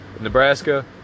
Nebraska